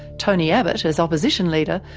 tony abbott, as opposition leader,